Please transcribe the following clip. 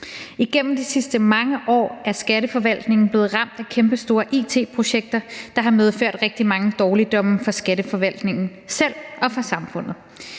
Igennem de sidste mange år er skatteforvaltningen blevet ramt af kæmpestore it-projekter, der har medført rigtig mange dårligdomme for skatteforvaltningen selv og for samfundet.